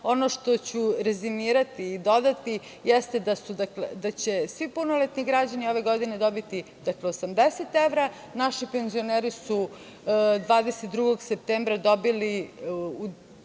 što ću rezimirati i dodati, jeste da će svi punoletni građani ove godine dobiti 80 evra. Naši penzioneri su 22. septembra dobili